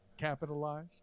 capitalize